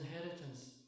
inheritance